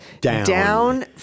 Down